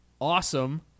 awesome